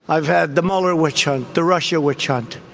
i've had the mueller witch hunt the russia witch hunt.